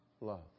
love